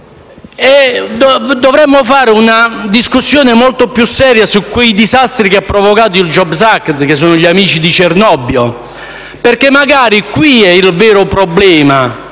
Dovremmo fare una discussione molto più seria su quei disastri che ha provocato il *jobs act*, sugli amici di Cernobbio, perché qui sta il vero problema.